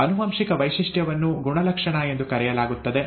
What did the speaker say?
ಆನುವಂಶಿಕ ವೈಶಿಷ್ಟ್ಯವನ್ನು ಗುಣಲಕ್ಷಣ ಎಂದು ಕರೆಯಲಾಗುತ್ತದೆ